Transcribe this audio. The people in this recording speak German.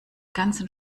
ganzen